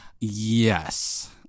yes